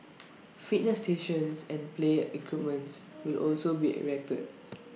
fitness stations and play equipment will also be erected